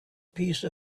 piece